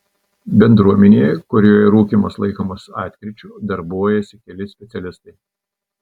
bendruomenėje kurioje rūkymas laikomas atkryčiu darbuojasi keli specialistai